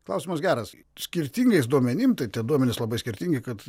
klausimas geras skirtingais duomenim tai tie duomenys labai skirtingi kad